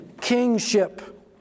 kingship